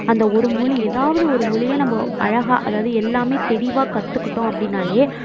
அந்த ஒரு மொழி ஏதாவது ஒரு மொழியை நம்ம அழகாக அதாவது எல்லாமே தெளிவாக கற்றுக்கிட்டோம் அப்படினாலே